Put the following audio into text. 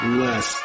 less